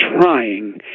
trying